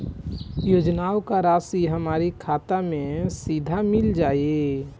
योजनाओं का राशि हमारी खाता मे सीधा मिल जाई?